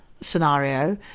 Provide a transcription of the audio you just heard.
scenario